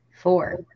Four